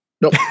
Nope